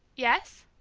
yes,